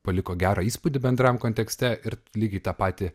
paliko gerą įspūdį bendram kontekste ir lygiai tą patį